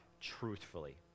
truthfully